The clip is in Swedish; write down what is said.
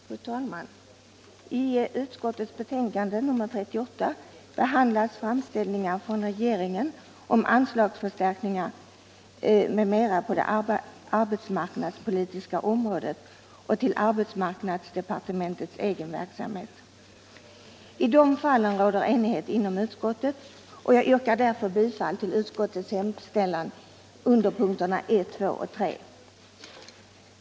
Fru talman! I inrikesutskottets betänkande nr 38 behandlas framställ — Åtgärder för ningar från regeringen om anslagsförstärkningar m.m. på det arbetsmark = invandrare nadspolitiska området och till arbetsmarknadsdepartementets egen verksamhet. I de fallen råder enighet inom utskottet, och jag yrkar därför bifall till utskottets hemställan under punkterna 1, 2 och 3.